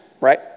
right